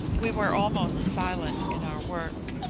we were almost silent in our work.